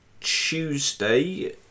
Tuesday